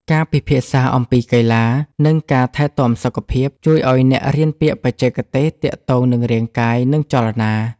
ការពិភាក្សាអំពីកីឡា និងការថែទាំសុខភាព ជួយឱ្យអ្នករៀនពាក្យបច្ចេកទេសទាក់ទងនឹងរាងកាយ និងចលនា។